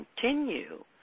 continue